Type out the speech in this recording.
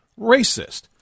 racist